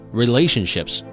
relationships